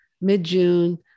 mid-June